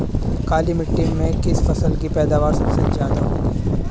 काली मिट्टी में किस फसल की पैदावार सबसे ज्यादा होगी?